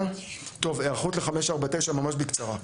הערכות ל-549 ממש בקצרה.